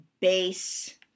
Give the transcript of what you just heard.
base